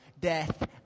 death